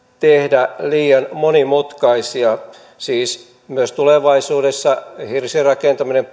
tehdä liian monimutkaisia siis myös tulevaisuudessa hirsirakentamisen